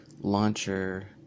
launcher